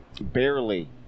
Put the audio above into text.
barely